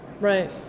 Right